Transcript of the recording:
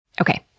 Okay